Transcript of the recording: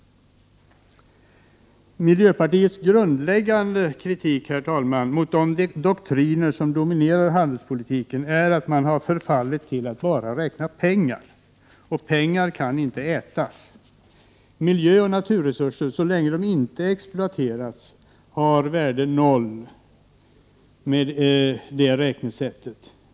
Miljöpartiets grundläggande kritik mot de doktriner som dominerar handelspolitiken är att man i dessa förfallit till att bara räkna pengar. Pengar kan inte ätas. Miljöoch naturresurser har, så länge de inte har exploaterats, inget värde med det räknesättet.